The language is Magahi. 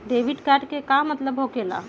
डेबिट कार्ड के का मतलब होकेला?